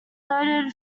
noted